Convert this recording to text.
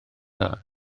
dda